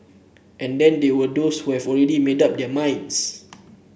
and then there were those who have already made up their minds